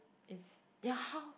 it's ya how